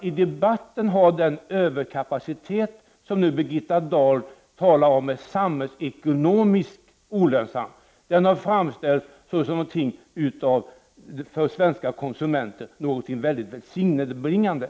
I debatten har den samhällsekonomiskt olönsamma överkapacitet som Birgitta Dahl nu talar om framställts som något för svenska konsumenter mycket välsignelse bringande.